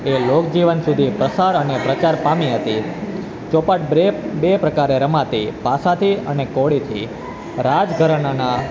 એ લોક જીવન સુધી પ્રસાર અને પ્રચાર પામી હતી ચોપાટ બ્રે બે પ્રકારે રમાતી પાસાથી અને કોડીથી રાજ ઘરાણાના